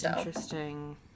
Interesting